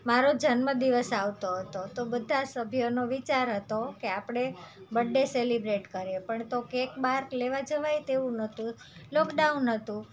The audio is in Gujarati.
મારો જન્મદિવસ આવતો હતો તો બધા સભ્યનો વિચાર હતો કે આપણે બડ્ડે સેલિબ્રેટ કરીએ પણ તો કેક બહાર લેવા જવાય તેવું નહોતું લોકડાઉન હતું